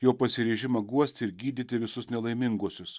jo pasiryžimą guosti ir gydyti visus nelaiminguosius